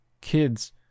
kids